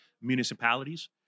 municipalities